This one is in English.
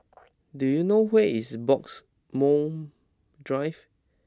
do you know where is Bloxhome Drive